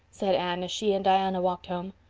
said anne, as she and diana walked home.